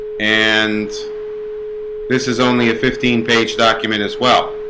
and this is only a fifteen page document as well.